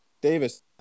Davis